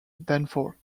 danforth